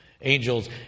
Angels